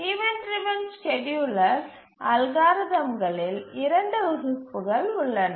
event driven scheduler அல்காரிதம்களில் 2 வகுப்புகள் உள்ளன